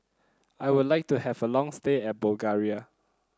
I would like to have a long stay at Bulgaria